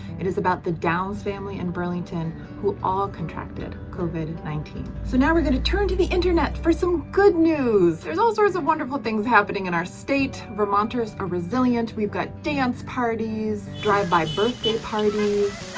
it is about the downes family in burlington who all contracted covid nineteen. so now we're going to turn to the internet for some good news. there's all sorts of wonderful things happening in our state. vermonters are resilient, we've got dance parties, drive-by birthday parties.